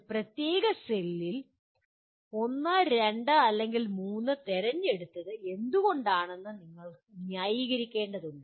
ഒരു പ്രത്യേക സെല്ലിൽ 1 2 അല്ലെങ്കിൽ 3 തിരഞ്ഞെടുത്തത് എന്തുകൊണ്ടാണെന്ന് നിങ്ങൾ ന്യായീകരിക്കേണ്ടതുണ്ട്